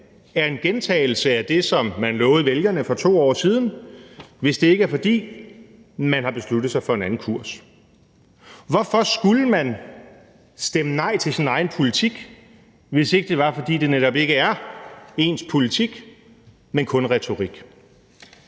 er en gentagelse af det, som man lovede vælgerne for 2 år siden, hvis det ikke er, fordi man har besluttet sig for en anden kurs? Hvorfor skulle man stemme nej til sin egen politik, hvis ikke det var, fordi det netop ikke er ens politik, men kun retorik?